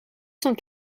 cent